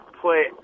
play